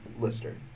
Lister